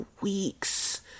weeks